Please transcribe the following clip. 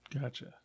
Gotcha